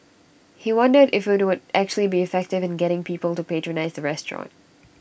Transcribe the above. he wondered if IT would actually be effective in getting people to patronise the restaurant